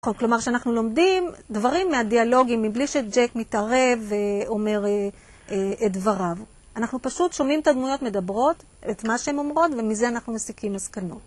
כלומר, כשאנחנו לומדים דברים מהדיאלוגים, מבלי שג'ייק מתערב ואומר את דבריו. אנחנו פשוט שומעים את הדמויות מדברות, את מה שהן אומרות, ומזה אנחנו מסיקים מסקנות.